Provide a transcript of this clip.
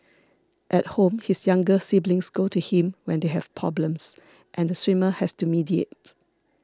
at home his younger siblings go to him when they have problems and the swimmer has to mediate